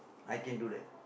I can do that